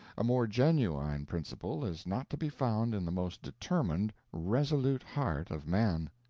a more genuine principle is not to be found in the most determined, resolute heart of man.